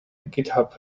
github